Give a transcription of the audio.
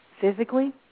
physically